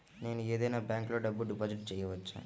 నేను ఏదైనా బ్యాంక్లో డబ్బు డిపాజిట్ చేయవచ్చా?